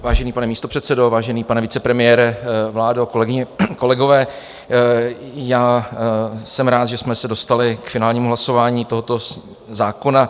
Vážený pane místopředsedo, vážený pane vicepremiére, vládo, kolegyně, kolegové, jsem rád, že jsme se dostali k finálnímu hlasování tohoto zákona.